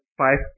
five